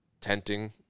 tenting